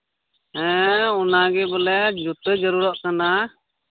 ᱦᱮᱸ ᱚᱱᱟᱜᱮ ᱵᱚᱞᱮ ᱡᱩᱛᱟᱹ ᱡᱟᱹᱨᱩᱲᱚᱜ ᱠᱟᱱᱟ